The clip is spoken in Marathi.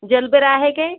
जलबेरा आहे काय